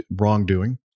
wrongdoing